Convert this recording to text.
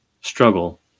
struggle